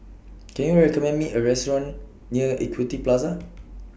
Can YOU recommend Me A Restaurant near Equity Plaza